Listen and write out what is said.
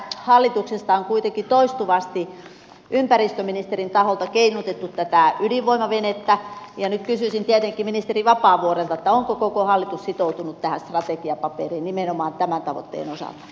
hallituksesta on kuitenkin toistuvasti ympäristöministerin taholta keinutettu tätä ydinvoimavenettä ja nyt kysyisin tietenkin ministeri vapaavuorelta onko koko hallitus sitoutunut tähän strategiapaperiin nimenomaan tämän tavoitteen osalta